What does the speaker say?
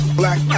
black